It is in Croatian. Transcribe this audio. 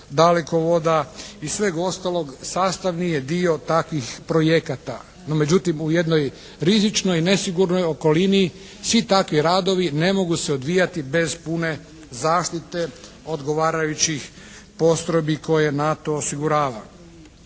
dalekovoda i sveg ostalog sastavni je dio takvih projekata. No međutim, u jednoj rizičnoj i nesigurnoj okolini svi takvi radovi ne mogu se odvijati bez pune zaštite odgovarajućih postrojbi koje NATO osigurava.